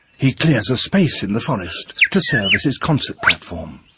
he clears a space in the forest to service his concert platform